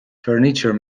furniture